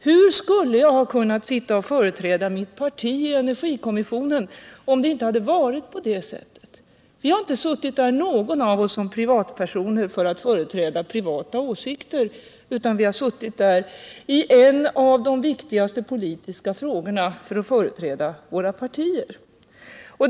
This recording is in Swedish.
Hur skulle jag ha kunnat sitta och företräda mitt parti i energikommissionen, om det inte hade varit på det sättet? Ingen av oss har suttit där som privatperson för att företräda privata åsikter, utan vi har som företrädare för våra partier deltagit för att diskutera en av de viktigaste frågorna f. n.